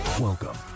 Welcome